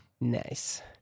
Nice